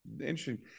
Interesting